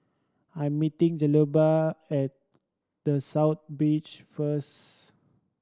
I'm meeting Zenobia at The South Beach first